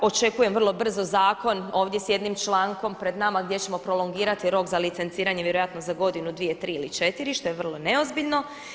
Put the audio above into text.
Očekujem vrlo brzo zakon ovdje sa jednim člankom pred nama gdje ćemo prolongirati rok za licenciranje vjerojatno za godinu, dvije, tri ili četiri što je vrlo neozbiljno.